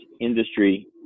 industry